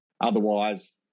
Otherwise